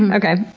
and okay.